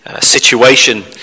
situation